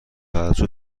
توجه